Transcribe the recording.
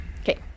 Okay